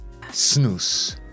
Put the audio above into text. Snus